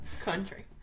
Country